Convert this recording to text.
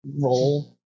roll